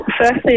firstly